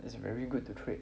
it's very good to trade